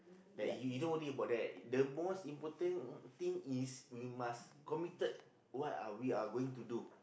that you don't worry about that the most important thing is you must committed what are we are going to do